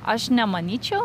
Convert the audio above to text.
aš nemanyčiau